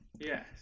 Yes